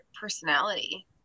personality